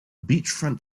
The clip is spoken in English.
beachfront